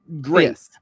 Great